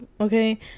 Okay